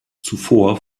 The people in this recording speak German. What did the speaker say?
zuvor